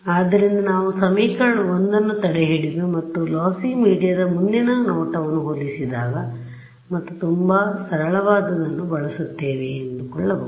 ಆದ್ದರಿಂದ ನಾವು ಸಮೀಕರಣ 1ನ್ನು ತಡೆಹಿಡಿದು ಮತ್ತು ಲೋಸ್ಸಿ ಮೀಡಿಯಾದ ಮುಂದಿನ ನೋಟವನ್ನು ಹೋಲಿಸಿದಾಗ ಮತ್ತು ತುಂಬಾ ಸರಳವಾದದನ್ನು ಬಳಸುತ್ತೇವೆ ಎಂದುಕೊಳ್ಳಬಹುದು